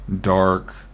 dark